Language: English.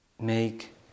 make